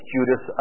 Judas